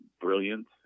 brilliant